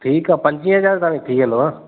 ठीकु आहे पंजवीह हज़ार में थी वेंदव